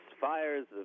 fires